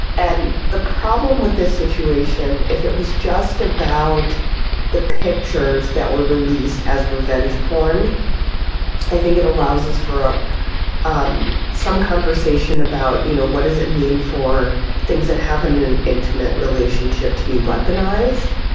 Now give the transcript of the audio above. and the problem with this situation if it was just about the pictures that were released as revenge porn i think it allows us for um some conversation about you know what does it mean for things that happen an intimate relationship to be weaponized.